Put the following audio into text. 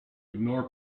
ignore